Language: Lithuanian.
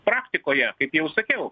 praktikoje kaip jau sakiau